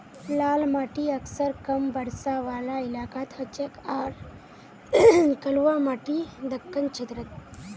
लाल माटी अक्सर कम बरसा वाला इलाकात हछेक आर कलवा माटी दक्कण क्षेत्रत